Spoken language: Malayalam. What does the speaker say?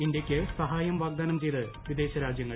ഇന്ത്യയ്ക്ക് സഹായം വാഗ്ദാനം ചെയ്ത് വിദേശ രാജ്യങ്ങൾ